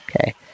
okay